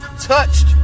touched